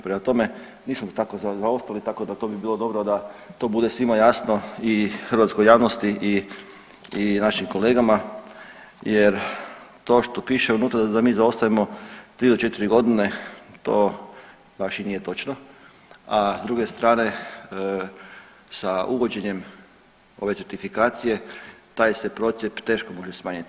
Prema tome, nismo tako zaostali, tako da to bi bilo dobro da to bude svima jasno i hrvatskoj javnosti i našim kolegama jer to što više unutra da mi zaostajemo 3 do 4 godina, to baš i nije točno, a s druge strane, sa uvođenjem ove certifikacije, taj se procjep teško može smanjiti.